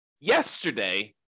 Yesterday